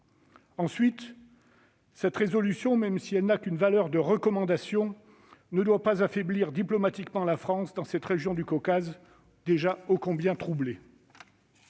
Ensuite, cette résolution, quand bien même elle n'a qu'une valeur de recommandation, ne doit pas affaiblir diplomatiquement la France dans cette région du Caucase déjà ô combien troublée.